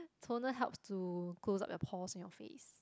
toner helps to close up your pores on your face